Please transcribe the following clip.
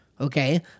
okay